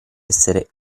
essere